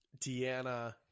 Deanna